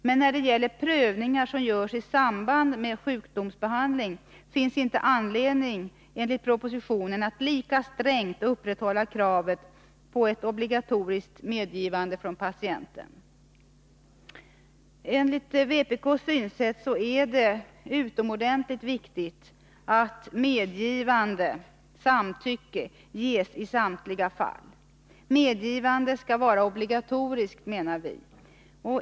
Men när det gäller prövningar som görs i samband med sjukdomsbehandling finns det inte anledning, enligt propositionen, att lika strängt upprätthålla kravet på ett obligatoriskt medgivande från patienten. Enligt vpk:s synsätt är det utomordentligt viktigt att medgivande, samtycke, ges i samtliga fall. Medgivande skall vara obligatoriskt, menar vi.